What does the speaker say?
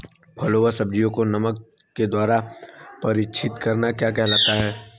फलों व सब्जियों को नमक के द्वारा परीक्षित करना क्या कहलाता है?